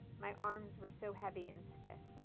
my arms were so heavy and stiff.